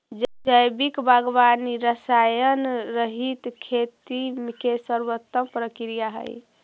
जैविक बागवानी रसायनरहित खेती के सर्वोत्तम प्रक्रिया हइ